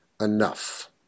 enough